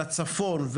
לצפון,